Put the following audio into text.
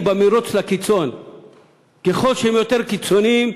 ב"מירוץ לקיצון"; ככל שהם יותר קיצוניים,